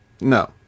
No